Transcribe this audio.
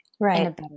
Right